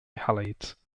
halides